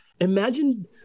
imagine